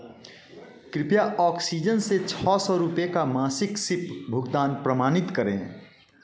कृपया ऑक्सीजन से छः सौ रुपये का मासिक सिप भुगतान प्रमाणित करें